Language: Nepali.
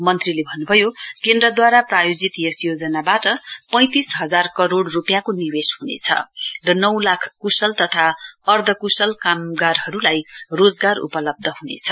मन्त्रीले भन्नभयो केन्द्रद्वारा प्रायोजित यस योजनावाट पैंतिल हजार करोड़ रुपियाँको निवेश हनेछ र नौ लाख कुशल तथा अर्धकुशल श्रमिकहरुलाई कामदारहरुलाई रोजगार उपलब्ध हुनेछ